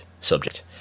subject